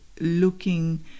looking